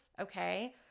okay